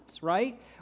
right